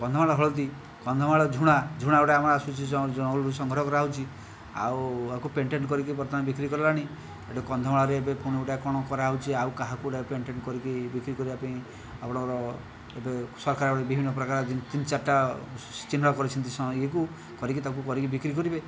କନ୍ଧମାଳ ହଳଦୀ କନ୍ଧମାଳ ଝୁଣା ଝୁଣା ଗୋଟିଏ ଆମର ଆସୁଛି ଜଙ୍ଗଲରୁ ସଂଗ୍ରହ କରାହେଉଛି ଆଉ ଆକୁ ପ୍ୟାଟେଣ୍ଟ କରିକି ବର୍ତ୍ତମାନ ବିକ୍ରି କଲାଣି ସେଠୁ କନ୍ଧମାଳରେ ଏବେ ପୁଣି ଗୋଟିଏ କ'ଣ କରାହେଉଛି ଆଉ କାହାକୁ ପ୍ୟାଟେଣ୍ଟ କରିକି ବିକ୍ରି କରିବା ପାଇଁ ଆଉ ଗୋଟିଏ ଏବେ ସରକାର ବିଭିନ୍ନ ପ୍ରକାର ତିନି ଚାରିଟା ଚିହ୍ନଟ କରିଛନ୍ତି ଇଏକୁ କରିକି ତାକୁ କରିକି ବିକ୍ରି କରିବେ